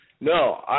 No